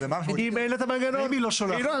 אם אין לה מנגנון, לא.